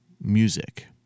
music